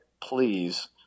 please